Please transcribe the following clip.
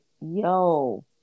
yo